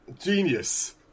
Genius